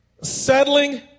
Settling